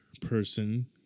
person